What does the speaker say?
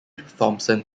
thomson